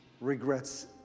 Regrets